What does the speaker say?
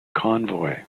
convoy